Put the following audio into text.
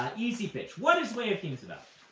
ah easy pitch. what is way of kings about?